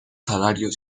salario